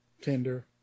Tinder